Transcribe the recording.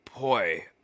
Boy